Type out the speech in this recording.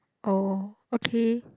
oh okay